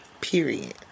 Period